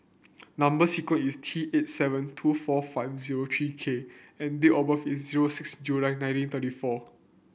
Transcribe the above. number sequence is T eight seven two four five zero three K and date of birth is zero six July nineteen thirty four